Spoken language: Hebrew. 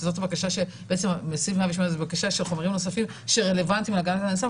שזאת הבקשה של חומרים נוספים שרלוונטיים להגנת הנאשם.